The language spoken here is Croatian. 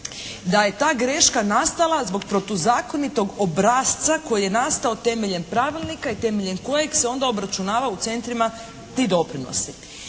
da je ta greška nastala zbog protuzakonitog obrasca koji je nastao temeljem pravilnika i temeljem kojeg se onda obračunava u centrima ti doprinosi.